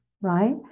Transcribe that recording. right